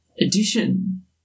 edition